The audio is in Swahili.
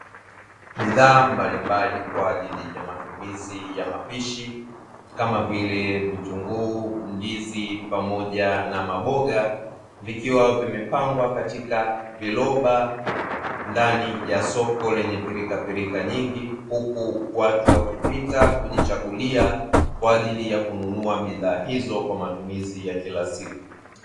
Bidhaa mbalimbali kwa ajili ya matumizi ya mapishi kama vile vitunguu, ndizi pamoja na maboga, vikiwa vimepangwa katika viloba ndani ya soko lenye pirikapirika nyingi, huku watu wakipita kujichagulia kwa ajili ya kununua bidhaa hizo kwa matumizi ya kila siku.